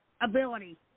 ability